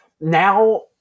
now